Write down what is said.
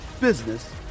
business